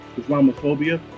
Islamophobia